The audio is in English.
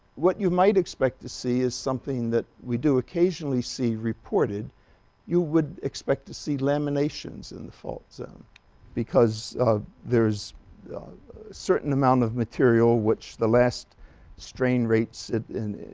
what you might expect to see is something that we do occasionally see reported you would expect to see laminations in the fault zone because there's a certain amount of material which the last strain rates in